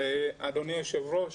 אדוני היושב-ראש,